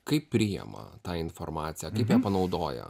kaip priima tą informaciją kaip ją panaudoja